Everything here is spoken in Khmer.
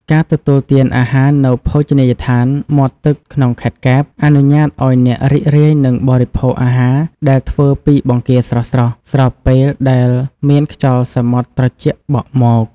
ការទទួលទានអាហារនៅភោជនីយដ្ឋានមាត់ទឹកក្នុងខេត្តកែប អនុញ្ញាតឱ្យអ្នករីករាយនឹងបរិភោគអាហារដែលធ្វើពីបង្គាស្រស់ៗ ស្របពេលដែលមានខ្យល់សមុទ្រត្រជាក់បក់មក។